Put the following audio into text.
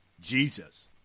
Jesus